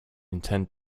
intend